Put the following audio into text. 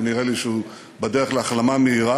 נראה לי שהוא בדרך להחלמה מהירה,